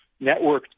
networked